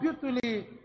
beautifully